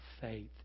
faith